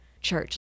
church